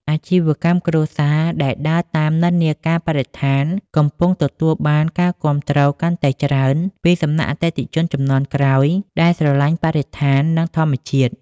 អាជីវកម្មគ្រួសារដែលដើរតាមនិន្នាការបរិស្ថាន កំពុងទទួលបានការគាំទ្រកាន់តែច្រើនពីសំណាក់អតិថិជនជំនាន់ក្រោយដែលស្រឡាញ់បរិស្ថាន និងធម្មជាតិ។